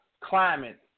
climate